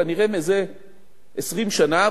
כנראה מזה 20 שנה,